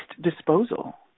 disposal